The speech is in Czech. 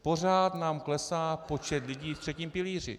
Pořád nám klesá počet lidí ve třetím pilíři.